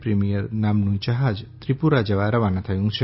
premier નામનું જહાજ ત્રિપુરા જવા રવાના થયું છે